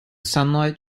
sunlight